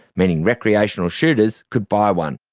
meaning recreational shooters could buy one,